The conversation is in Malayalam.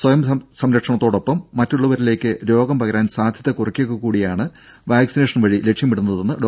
സ്വയം സംരക്ഷണത്തോടൊപ്പം മറ്റുള്ളവരിലേക്ക് രോഗം പകരാൻ സാധ്യത കുറക്കുക കൂടിയാണ് വാക്സിനേഷൻ വഴി ലക്ഷ്യമിടുന്നതെന്ന് ഡോ